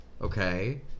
okay